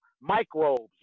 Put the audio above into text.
microbes